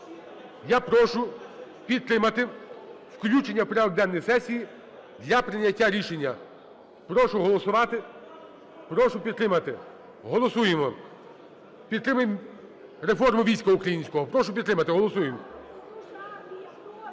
Я прошу підтримати включення в порядок денний сесії для прийняття рішення. Прошу голосувати, прошу підтримати. Голосуємо. Підтримаємо реформу війська українського. Прошу підтримати. Голосуємо.